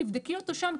תבדקי אותו שם,